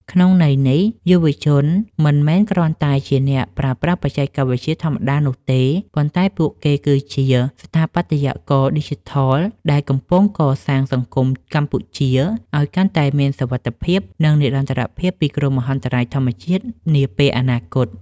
ក្នុងន័យនេះ យុវជនមិនមែនគ្រាន់តែជាអ្នកប្រើប្រាស់បច្ចេកវិទ្យាធម្មតានោះទេ ប៉ុន្តែពួកគេគឺជា ស្ថាបត្យករឌីជីថល ដែលកំពុងកសាងសង្គមកម្ពុជាឱ្យកាន់តែមានសុវត្ថិភាព និងនិរន្តរភាពពីគ្រោះមហន្តរាយធម្មជាតិនាពេលអនាគត។